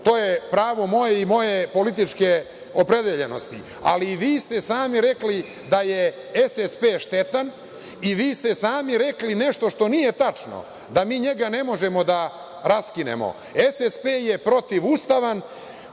to je pravo moje i moje političke opredeljenosti, ali vi ste sami rekli da je SSP štetan i vi ste sami rekli nešto što nije tačno, da mi njega ne možemo da raskinemo. SSP je protivustavan